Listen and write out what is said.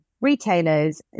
retailers